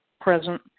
present